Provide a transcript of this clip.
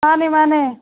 ꯃꯥꯅꯦ ꯃꯥꯅꯦ